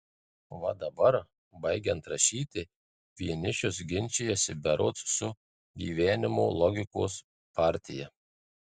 va dabar baigiant rašyti vienišius ginčijasi berods su gyvenimo logikos partija